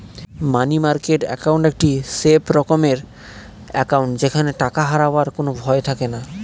মানি market account একটি safe রকমের account যেখানে টাকা হারাবার কোনো ভয় থাকেনা